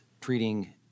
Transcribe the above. treating